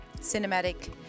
cinematic